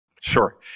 Sure